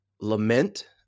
lament